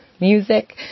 music